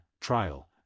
trial